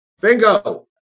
Bingo